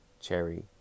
cherry